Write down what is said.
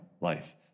life